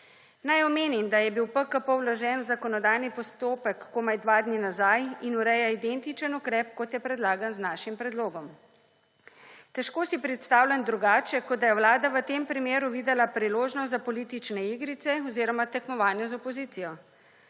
Naj omenim, da je bil PKP vložen v zakonodajni postopek komaj dva dni nazaj in ureja identičen ukrep kot je predlagan z našim predlogom. Težko si predstavljam drugače kot da je Vlada v tem primeru videla priložnost za politične igrice oziroma tekmovanju z opozicijo.